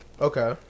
Okay